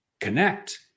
connect